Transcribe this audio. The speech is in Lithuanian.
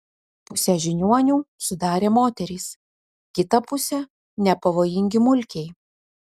pusę žiniuonių sudarė moterys kitą pusę nepavojingi mulkiai